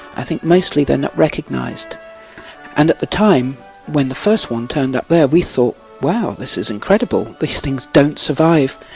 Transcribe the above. i think mostly they are not recognised and at the time when the first one turned up there we thought wow, this is incredible these things don't survive,